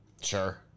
Sure